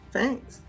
Thanks